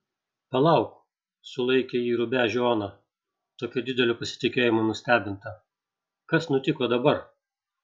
palauk sulaikė jį rubežių ona tokio didelio pasitikėjimo nustebinta kas nutiko dabar